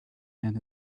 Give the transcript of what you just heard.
and